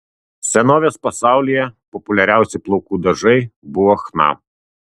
senovės pasaulyje populiariausi plaukų dažai buvo chna